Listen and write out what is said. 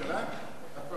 אף פעם לא הייתי.